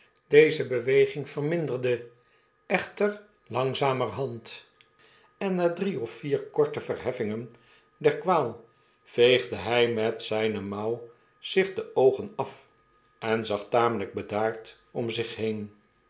deze beweging verminderde echter langzamerhand en na drie of vier korte verheffingen der kwaal veegde hjj met zijne mouw zich de oogen af en zag tamelgk bedaard om zich heen